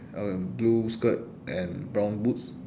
uh and blue skirt and brown boots